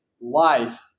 life